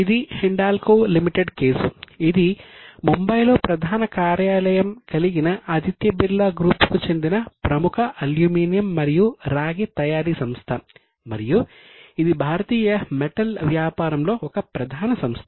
ఇది హిండాల్కో లిమిటెడ్ కేసు ఇది ముంబై లో ప్రధాన కార్యాలయం కలిగిన ఆదిత్య బిర్లా గ్రూపుకు చెందిన ప్రముఖ అల్యూమినియం మరియు రాగి తయారీ సంస్థ మరియు ఇది భారతీయ మెటల్ వ్యాపారంలో ఒక ప్రధాన సంస్థ